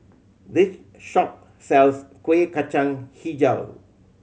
this shop sells Kueh Kacang Hijau